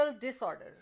disorders